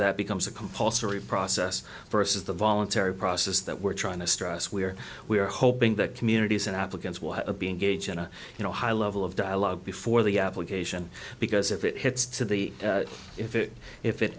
that becomes a compulsory process versus the voluntary process that we're trying to stress we're we are hoping that communities and applicants will be engaged in a you know high level of dialogue before the application because if it hits to the if it if it